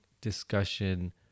discussion